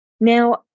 Now